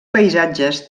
paisatges